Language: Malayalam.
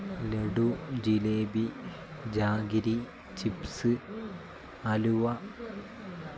ലഡു ജിലേബി ജാഗിരി ചിപ്സ് അലുവ